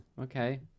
okay